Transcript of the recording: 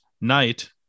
night